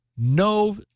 No